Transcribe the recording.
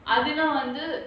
அதுனா வந்து:athuna vanthu